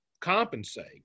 compensate